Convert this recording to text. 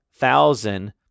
thousand